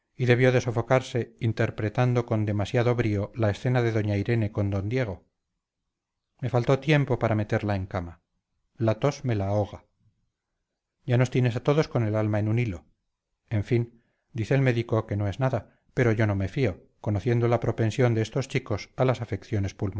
y debió de sofocarse interpretando con demasiado brío la escena de doña irene con d diego me faltó tiempo para meterla en cama la tos me la ahoga ya nos tienes a todos con el alma en un hilo en fin dice el médico que no es nada pero yo no me fío conociendo la propensión de estos chicos a las afecciones